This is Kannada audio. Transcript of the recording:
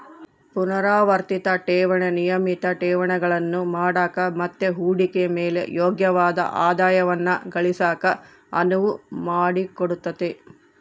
ಪುನರಾವರ್ತಿತ ಠೇವಣಿ ನಿಯಮಿತ ಠೇವಣಿಗಳನ್ನು ಮಾಡಕ ಮತ್ತೆ ಹೂಡಿಕೆಯ ಮೇಲೆ ಯೋಗ್ಯವಾದ ಆದಾಯವನ್ನ ಗಳಿಸಕ ಅನುವು ಮಾಡಿಕೊಡುತ್ತೆ